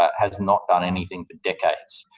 has not done anything for decades.